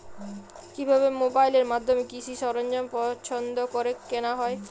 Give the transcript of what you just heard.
কিভাবে মোবাইলের মাধ্যমে কৃষি সরঞ্জাম পছন্দ করে কেনা হয়?